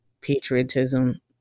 patriotism